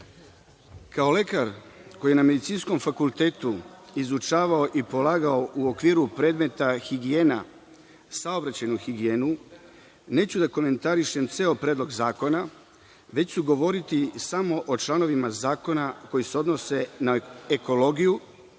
kao lekar koji je na Medicinskom fakultetu izučavao i polagao u okviru predmeta higijena saobraćajnu higijenu, neću da komentarišem ceo predlog zakona, već ću govoriti samo o članovima zakona koji se odnose na ekologiju,